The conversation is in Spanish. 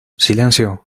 silencio